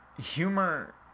humor